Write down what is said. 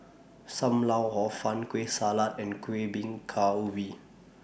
SAM Lau Hor Fun Kueh Salat and Kuih Bingka We